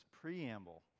preamble